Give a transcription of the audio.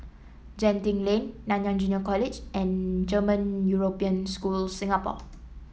Genting Lane Nanyang Junior College and German European School Singapore